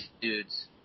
dudes